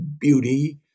beauty